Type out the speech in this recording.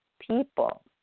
people